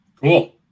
Cool